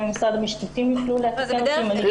אולי משרד המשפטים יוכל להתייחס לזה.